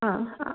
ആ ആ